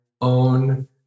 own